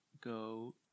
go